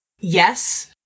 yes